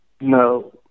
No